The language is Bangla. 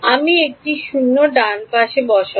আমি একটি শূন্য ডান পাশে পাব